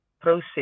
process